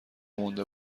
مونده